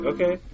Okay